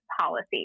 policies